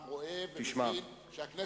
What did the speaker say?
אלא פשוט לחסוך לקואליציה בעוד כך וכך זמן את